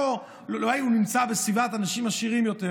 אולי הוא נמצא בסביבת אנשים עשירים יותר.